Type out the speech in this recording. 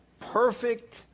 perfect